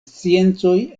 sciencoj